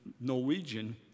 Norwegian